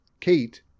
Kate